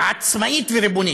עצמאית וריבונית.